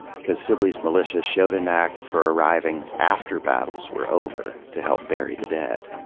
because sibley's militia showed a knack for arriving after battles were over to help bury the dead.